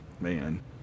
man